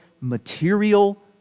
material